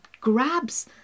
grabs